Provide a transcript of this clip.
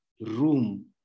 room